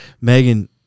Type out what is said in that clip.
Megan